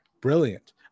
brilliant